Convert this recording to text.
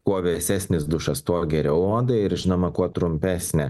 kuo vėsesnis dušas tuo geriau odai ir žinoma kuo trumpesnė